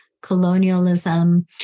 colonialism